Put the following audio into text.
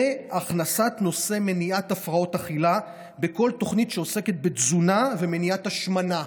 והכנסת נושא מניעת הפרעות אכילה לכל תוכנית שעוסקת בתזונה ומניעת השמנה.